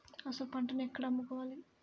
అసలు పంటను ఎక్కడ అమ్ముకోవాలి?